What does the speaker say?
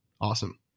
awesome